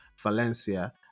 Valencia